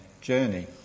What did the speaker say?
journey